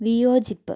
വിയോജിപ്പ്